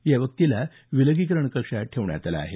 या व्यक्तीला विलगिकरण कक्षात ठेवण्यात आलं आहे